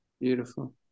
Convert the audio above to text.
Beautiful